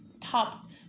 top